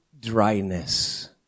dryness